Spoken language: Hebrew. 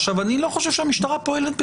עכשיו, אני לא חושב שהמשטרה פועלת בזדון.